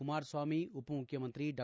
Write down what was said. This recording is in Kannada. ಕುಮಾರಸ್ವಾಮಿ ಉಪಮುಖ್ಯಮಂತ್ರಿ ಡಾ